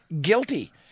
guilty